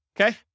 Okay